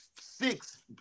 six